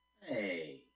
Hey